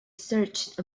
searched